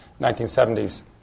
1970s